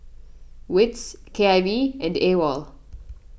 Wits K I V and Awol